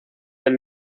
del